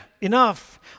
enough